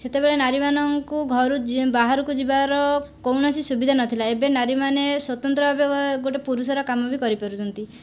ସେତେବେଳେ ନାରୀମାନଙ୍କୁ ଘରୁ ବାହାରକୁ ଯିବାର କୌଣସି ସୁବିଧା ନଥିଲା ଏବେ ନାରୀମାନେ ସ୍ଵତନ୍ତ୍ର ଭାବେ ଗୋଟିଏ ପୁରୁଷର କାମ ବି କରିପାରୁଛନ୍ତି